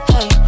Hey